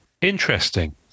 interesting